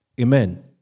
Amen